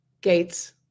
Gates